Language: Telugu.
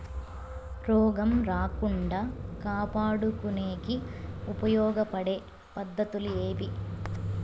రోగం రాకుండా కాపాడుకునేకి ఉపయోగపడే పద్ధతులు ఏవి?